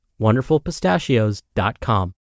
wonderfulpistachios.com